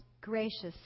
Gracious